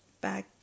back